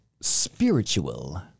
spiritual